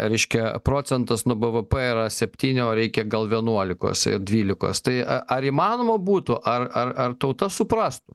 reiškia procentas nuo bvp yra septyni o reikia gal vienuolikos dvylikos tai ar įmanoma būtų ar ar ar tauta suprastų